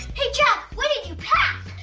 hey jack, what did you pack?